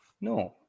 No